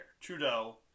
Trudeau